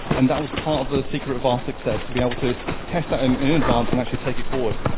and that was part of the secret of our success to be able to test that ah and in advance and actually take it forward.